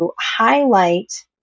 highlight